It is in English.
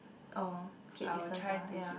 oh keep a distance ah ya